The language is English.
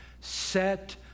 set